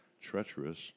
treacherous